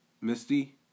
Misty